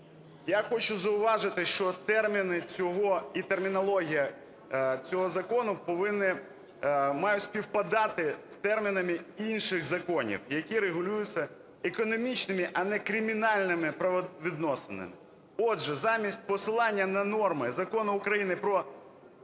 я хочу зауважити, що терміни цього і термінологія цього закону повинні, мають співпадати з термінами інших законів, які регулюються економічними, а не кримінальними правовідносинами. Отже, замість посилання на норми Закону України про…